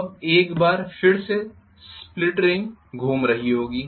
तो अब एक बार फिर से स्प्लिट रिंग घूम रही होगी